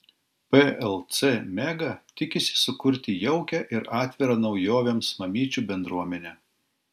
plc mega tikisi sukurti jaukią ir atvirą naujovėms mamyčių bendruomenę